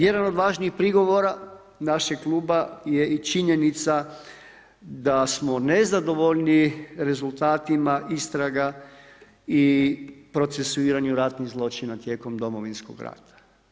Jedan od važnijih prigovora našeg kluba je i činjenica da smo nezadovoljni rezultatima istraga i procesuiranju ratnih zločina tijekom Domovinskog rata.